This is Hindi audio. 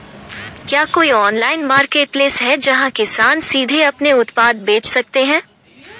क्या कोई ऑनलाइन मार्केटप्लेस है जहां किसान सीधे अपने उत्पाद बेच सकते हैं?